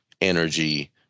energy